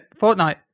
Fortnite